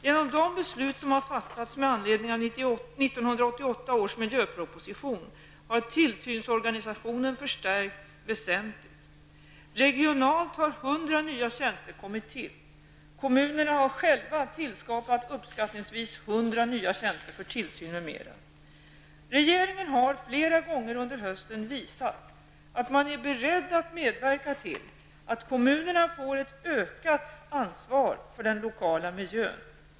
Genom de beslut som har fattats med anledning av 1988 års miljöproposition har tillsynsorganisationen förstärkts väsentligt. Regionalt har 100 nya tjänster kommit till. Kommunerna har själva tillskapat uppskattningsvis Regeringen har flera gånger under hösten visat att man är beredd att medverka till att kommunerna får ett ökat ansvar för den lokala miljön.